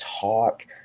talk